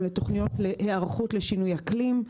להן לתוכניות להיערכות לשינוי האקלים,